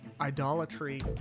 Idolatry